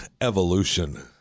Evolution